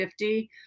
50